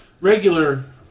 regular